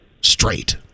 straight